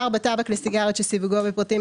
(4) טבק לסיגריות שסיווגו בפרטים